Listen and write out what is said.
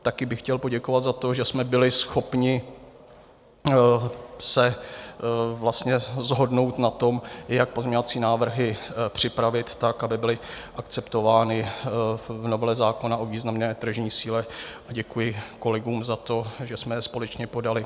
Taky bych chtěl poděkovat za to, že jsme byli schopni se shodnout na tom, jak pozměňovací návrhy připravit tak, aby byly akceptovány v novele zákona o významné tržní síle, a děkuji kolegům za to, že jsme je společně podali.